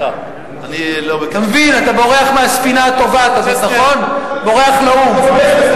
אתה בורח מהספינה הטובעת, בורח לאו"ם.